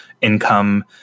income